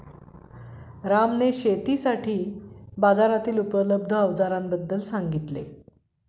रामने शेतीसाठी बाजारातील उपलब्ध अवजारांबद्दल सांगितले